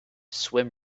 swim